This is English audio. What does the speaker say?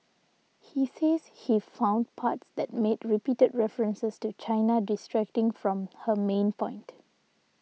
he says he found parts that made repeated references to China distracting from her main point